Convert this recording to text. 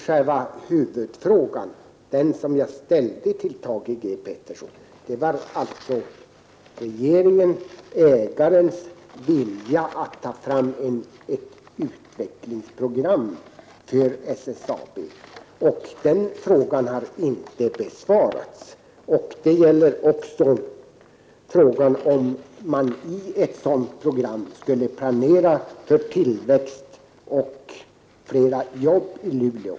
Själva huvudfrågan som jag ställde till Thage G Peterson gällde regeringens, ägarens, vilja att ta fram ett utvecklingsprogram för SSAB. Den frågan har inte besvarats. Sedan gällde det frågan om man inte i ett sådant program skulle planera för tillväxt och flera jobb i Luleå.